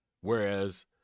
Whereas